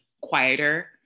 quieter